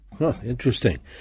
Interesting